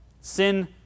Sin